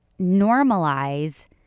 normalize